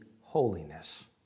holiness